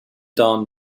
don